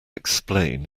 explain